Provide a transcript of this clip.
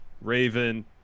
Raven